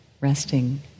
resting